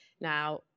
Now